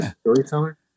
Storyteller